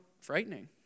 frightening